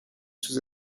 sous